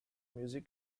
music